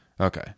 Okay